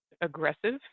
aggressive